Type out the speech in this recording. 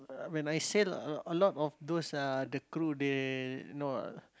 when I say a lot of those uh the crew they know